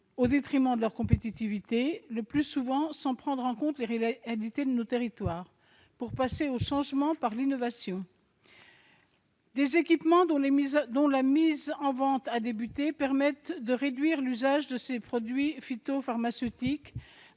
au détriment de leur compétitivité, le plus souvent sans prendre en compte les réalités de nos territoires, au changement par l'innovation. Des équipements, dont la mise en vente a débuté, permettent de réduire l'usage des produits phytopharmaceutiques